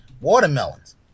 watermelons